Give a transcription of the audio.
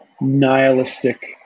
nihilistic